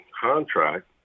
contract